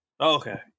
Okay